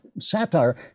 satire